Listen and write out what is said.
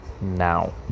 now